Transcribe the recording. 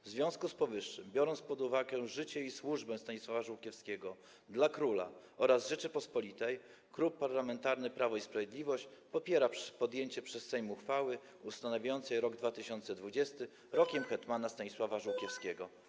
W związku z powyższym, biorąc pod uwagę życie i służbę Stanisława Żółkiewskiego dla króla oraz Rzeczypospolitej, Klub Parlamentarny Prawo i Sprawiedliwość popiera podjęcie przez Sejm uchwały ustanawiającej rok 2020 Rokiem Hetmana Stanisława Żółkiewskiego.